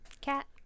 Cat